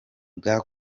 bwa